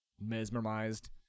mesmerized